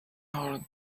хооронд